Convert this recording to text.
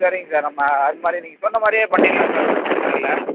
சரிங்க சார் நம்ம அது மாதிரி நீங்கள் சொன்ன மாதிரியே பண்ணிடலாம் சார் எதுவும் பிரச்சனை இல்லை